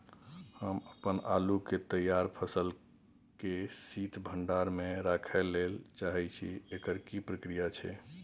हम अपन आलू के तैयार फसल के शीत भंडार में रखै लेल चाहे छी, एकर की प्रक्रिया छै?